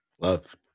love